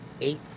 eight